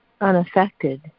unaffected